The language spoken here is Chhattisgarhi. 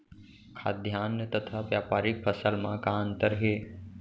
खाद्यान्न तथा व्यापारिक फसल मा का अंतर हे?